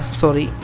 sorry